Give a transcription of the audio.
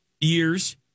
years